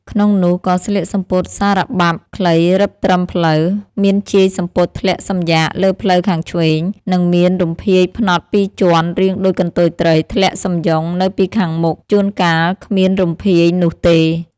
ក្នុងនោះ ក៏ស្លៀកសំពត់សារបាប់ខ្លីរឹបត្រឹមភ្លៅ មានជាយសំពត់ធ្លាក់សំយាកលើភ្លៅខាងឆ្វេង និងមានរំភាយផ្នត់ពីរជាន់រាងដូចកន្ទុយត្រីធ្លាក់សំយុងនៅពីខាងមុខ ជួនកាលគ្មានរំភាយនេះទេ។